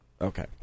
Okay